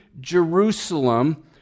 Jerusalem